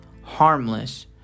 harmless